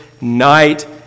night